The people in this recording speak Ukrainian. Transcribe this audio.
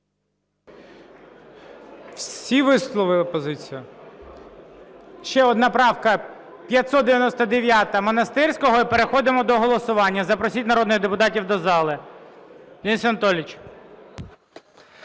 Всі висловили позиції? Ще одна правка, 599, Монастирського - і переходимо до голосування. Запросіть народних депутатів до зали.